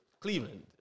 Cleveland